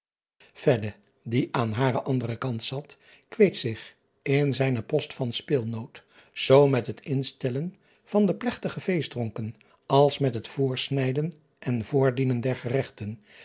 die aan haren anderen kant zat kweet zich driaan oosjes zn et leven van illegonda uisman in zijnen post van speelnoot zoo met het instellen van de plegtige feestdronken als met het voorsnijden en voordienen der geregten